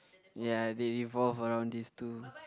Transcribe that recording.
ya they evolve around this two